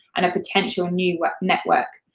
and a potential new network,